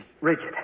rigid